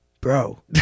Bro